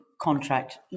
contract